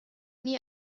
nie